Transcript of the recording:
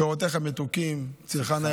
פירותיך מתוקים, צילך נאה.